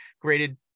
graded